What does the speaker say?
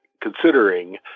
considering